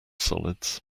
solids